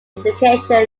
education